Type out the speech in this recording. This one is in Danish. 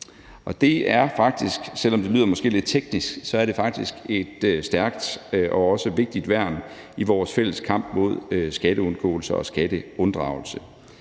Og det er faktisk, selv om det måske lyder lidt teknisk, et stærkt og også et vigtigt værn i vores fælles kamp mod skatteundgåelse og skatteunddragelse.